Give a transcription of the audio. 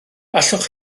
allwch